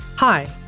Hi